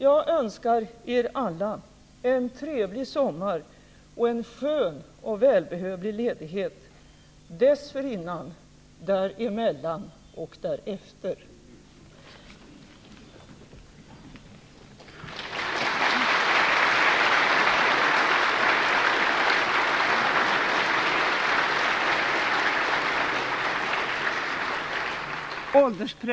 Jag önskar er alla en trevlig sommar och en skön och välbehövlig ledighet dessförinnan, däremellan och därefter.